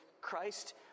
Christ